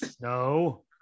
no